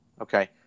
Okay